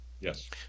Yes